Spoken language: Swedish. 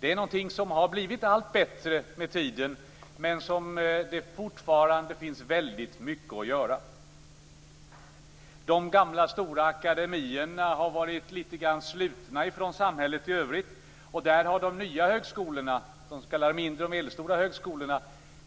Det har blivit allt bättre med tiden men fortfarande återstår väldigt mycket att göra. De gamla stora akademierna har litet grand varit slutna från samhället i övrigt. Där har de nya högskolorna, de s.k. mindre och medelstora högskolorna,